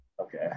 Okay